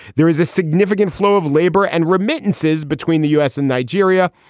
there is a significant flow of labor and remittances between the u s. and nigeria.